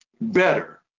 better